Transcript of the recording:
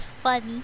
funny